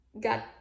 got